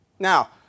Now